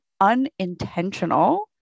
unintentional